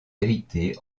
héritée